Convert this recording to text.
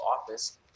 office